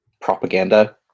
propaganda